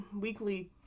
weekly